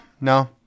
no